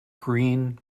green